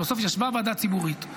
כלומר בסוף ישבה ועדה ציבורית,